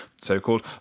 so-called